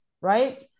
right